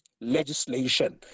legislation